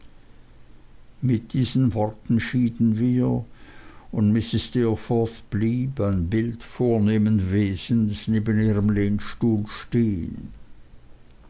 mit diesen worten schieden wir und mrs steerforth blieb ein bild vornehmen wesens neben ihrem lehnstuhl stehen